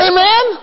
Amen